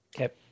Okay